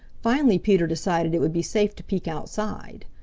finally peter decided it would be safe to peek outside.